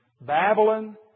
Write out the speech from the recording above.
Babylon